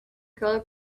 girl